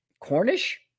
Cornish